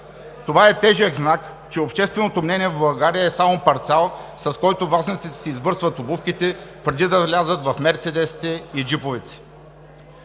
Това е тежък знак, че общественото мнение в България е само парцал, с който властниците си избърсват обувките, преди да влязат в мерцедесите и джиповете